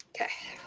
Okay